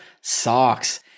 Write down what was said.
socks